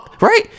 right